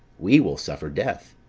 we will suffer death,